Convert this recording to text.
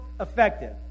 effective